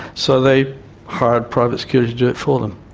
so they hired private security to do it for them.